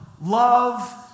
love